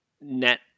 net